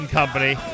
company